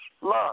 love